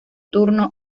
turno